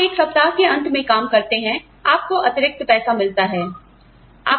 आप एक सप्ताह के अंत में काम करते हैं आपको अतिरिक्त पैसा मिलता है